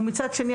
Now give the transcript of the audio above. ומצד שני,